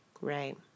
Right